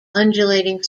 undulating